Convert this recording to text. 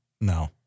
No